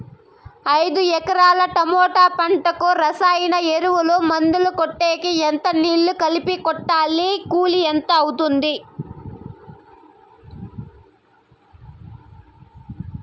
ఐదు ఎకరాల టమోటా పంటకు రసాయన ఎరువుల, మందులు కొట్టేకి ఎంత నీళ్లు కలిపి కొట్టాలి? కూలీ ఎంత అవుతుంది?